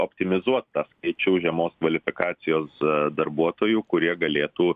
optimizuot tą skaičių žemos kvalifikacijos darbuotojų kurie galėtų